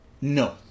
No